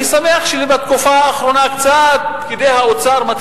אני שמח שבתקופה האחרונה פקידי האוצר קצת